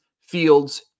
Fields